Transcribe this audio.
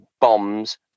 bombs